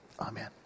Amen